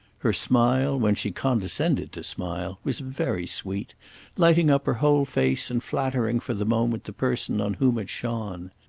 her smile, when she condescended to smile, was very sweet lighting up her whole face and flattering for the moment the person on whom it shone.